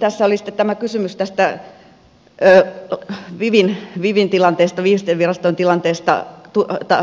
tässä oli tämä kysymys tästä vivin tilanteesta viestintäviraston tilanteesta